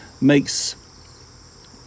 makes